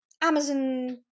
Amazon